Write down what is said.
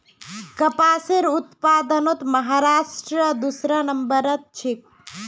कपासेर उत्पादनत महाराष्ट्र दूसरा नंबरत छेक